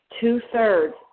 two-thirds